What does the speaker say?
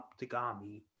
Optigami